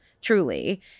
truly